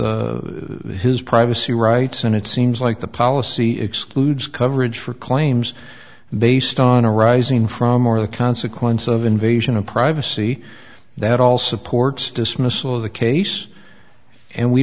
his privacy rights and it seems like the policy excludes coverage for claims based on arising from or the consequence of invasion of privacy that all supports dismissal of the case and we